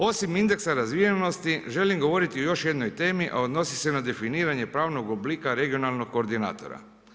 Osim indeksa razvijenosti želim govoriti o još jednoj temi, a odnosi se na definiranje pravnog oblika regionalnog koordinatora.